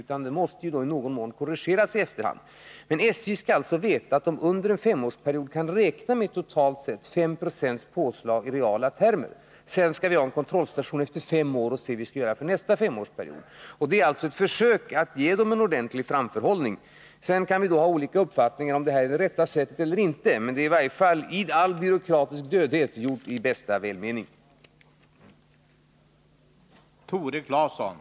Därför måste man i någon mån korrigera i efterhand. Men SJ skall alltså veta att man där under en femårsperiod totalt sett kan räkna med ett femprocentigt påslag i reala termer. Efter de fem åren skall vi ha en kontrollstation och se hur vi skall göra inför nästa femårsperiod. Det är alltså ett försök att se till att SJ får en ordentlig framförhållning. Vi kan självfallet ha olika uppfattningar om huruvida det här är det rätta sättet eller inte. Men det är i varje fall gjort i bästa välmening, i all byråkratisk ”dödhet”.